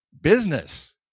business